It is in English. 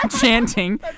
chanting